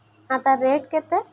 ହଁ ତା' ରେଟ୍ କେତେ